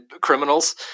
criminals